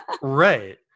Right